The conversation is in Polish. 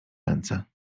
ręce